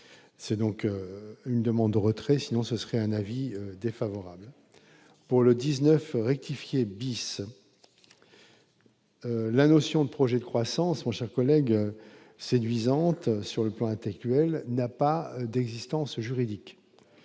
c'est donc une demande de retrait, sinon ce serait un avis défavorable pour le 19 rectifier bis, la notion de projets de croissance, mon cher collègue séduisante sur le plan intellectuel n'a pas d'existence juridique,